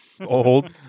Old